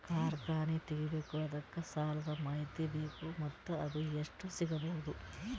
ಕಾರ್ಖಾನೆ ತಗಿಬೇಕು ಅದಕ್ಕ ಸಾಲಾದ ಮಾಹಿತಿ ಬೇಕು ಮತ್ತ ಅದು ಎಷ್ಟು ಸಿಗಬಹುದು?